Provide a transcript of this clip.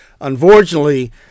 Unfortunately